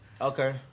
Okay